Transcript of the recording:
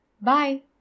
bye